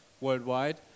worldwide